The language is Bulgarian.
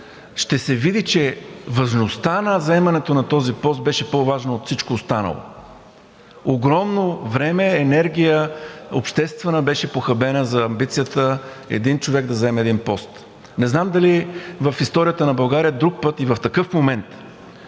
ще се види, че важността на заемането на този пост беше по-важна от всичко останало. Огромно време, обществена енергия беше похабена за амбицията един човек да заеме един пост. Не знам дали в историята на България друг път и в такъв момент